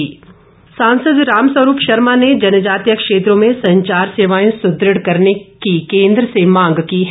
रामस्वरूप सांसद रामस्वरूप शर्मा ने जनजातीय क्षेत्रों में संचार सेवाएं सुदृढ़ करने की केंद्र से मांग की है